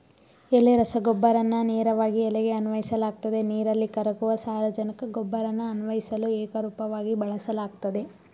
ಎಲೆ ರಸಗೊಬ್ಬರನ ನೇರವಾಗಿ ಎಲೆಗೆ ಅನ್ವಯಿಸಲಾಗ್ತದೆ ನೀರಲ್ಲಿ ಕರಗುವ ಸಾರಜನಕ ಗೊಬ್ಬರನ ಅನ್ವಯಿಸಲು ಏಕರೂಪವಾಗಿ ಬಳಸಲಾಗ್ತದೆ